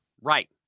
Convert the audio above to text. Right